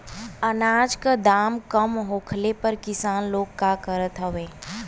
अनाज क दाम कम होखले पर किसान लोग का करत हवे?